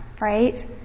right